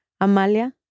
Amalia